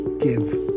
give